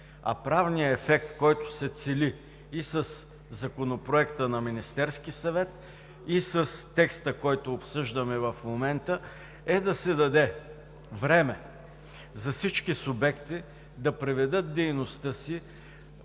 А правният ефект, който се цели и със Законопроекта на Министерския съвет, и с текста, който обсъждаме в момента, е да се даде време за всички субекти да преведат дейността си